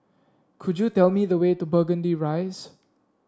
could you tell me the way to Burgundy Rise